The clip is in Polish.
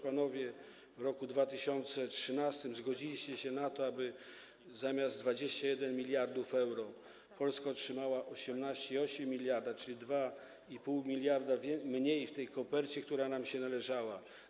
Panowie w roku 2013 zgodziliście się na to, aby zamiast 21 mld euro Polska otrzymała 18,8 mld, czyli 2,5 mld mniej w tej kopercie, która nam się należała.